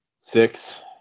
six